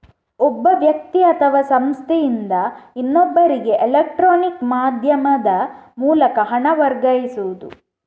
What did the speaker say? ಒಬ್ಬ ವ್ಯಕ್ತಿ ಅಥವಾ ಸಂಸ್ಥೆಯಿಂದ ಇನ್ನೊಬ್ಬರಿಗೆ ಎಲೆಕ್ಟ್ರಾನಿಕ್ ಮಾಧ್ಯಮದ ಮೂಲಕ ಹಣ ವರ್ಗಾಯಿಸುದು